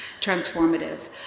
transformative